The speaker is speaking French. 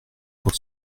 pour